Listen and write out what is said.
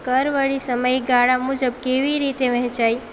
કર વળી સમય ગાળા મુજબ કેવી રીતે વહેંચાય